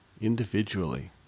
individually